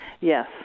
Yes